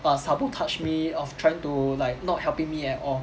err sabotage me of trying to like not helping me at all